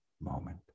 moment